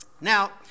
Now